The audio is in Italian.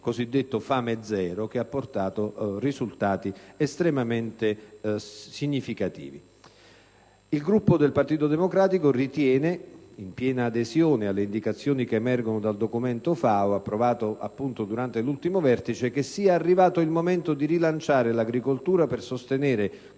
il gruppo PD ritiene, peraltro in piena adesione alle indicazioni che emergono dal documento FAO approvato durante l'ultimo Vertice, che sia arrivato il momento di rilanciare l'agricoltura per sostenere